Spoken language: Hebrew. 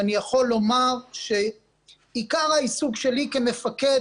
אני יכול לומר שעיקר העיסוק שלי כמפקד,